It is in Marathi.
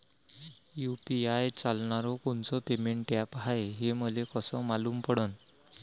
यू.पी.आय चालणारं कोनचं पेमेंट ॲप हाय, हे मले कस मालूम पडन?